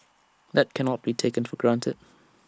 that cannot be taken for granted